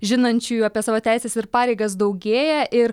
žinančiųjų apie savo teises ir pareigas daugėja ir